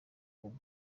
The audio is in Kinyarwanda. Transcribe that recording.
muri